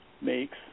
makes